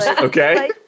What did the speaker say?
okay